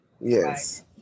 Yes